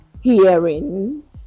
hearing